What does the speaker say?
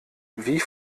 wie